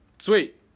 Sweet